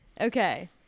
Okay